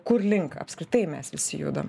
kur link apskritai mes visi judam